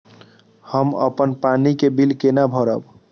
हम अपन पानी के बिल केना भरब?